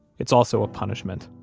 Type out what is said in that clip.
it's also a punishment